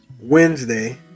Wednesday